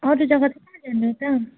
अरूजग्गा त कहाँ जानु त